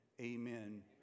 amen